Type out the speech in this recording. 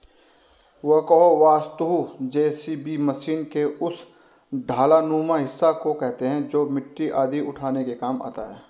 backhoe वस्तुतः JCB machine के उस डालानुमा हिस्सा को कहते हैं जो मिट्टी आदि उठाने के काम आता है